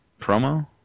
promo